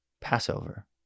Passover